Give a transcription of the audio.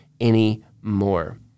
anymore